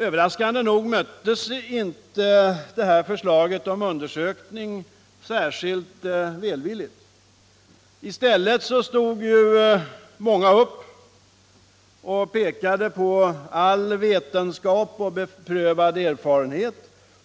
Överraskande nog möttes inte det här förslaget om undersökning särskilt välvilligt. I stället stod många upp och pekade på all vetenskap och beprövad erfarenhet